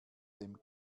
dem